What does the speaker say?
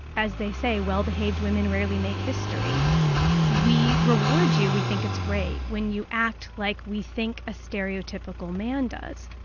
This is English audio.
as they say, well-behaved well-behaved women rarely make history we reward you, we think it's great when you act like we think a stereotypical man does.